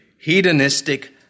hedonistic